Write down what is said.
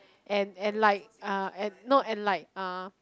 and and like uh and no and like uh